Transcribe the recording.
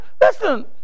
Listen